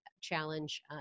Challenge